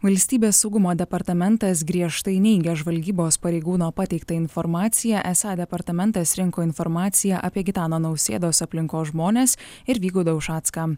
valstybės saugumo departamentas griežtai neigia žvalgybos pareigūno pateiktą informaciją esą departamentas rinko informaciją apie gitano nausėdos aplinkos žmones ir vygaudą ušacką